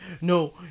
no